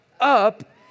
up